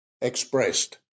expressed